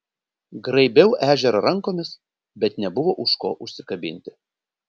graibiau ežerą rankomis bet nebuvo už ko užsikabinti